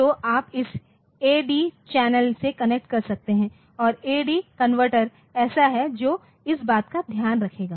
तो आप इस ए डी ADचैनल से कनेक्ट कर सकते हैं और ए डीAD कनवर्टर ऐसा है जो इस बात का ध्यान रखेगा